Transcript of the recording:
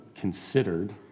considered